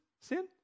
sin